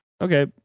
Okay